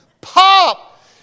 Pop